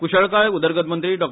कुशळकाय उदरगत मंत्री डा